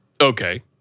Okay